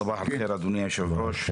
סבאח אל-ח'יר אדוני יושב הראש,